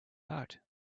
out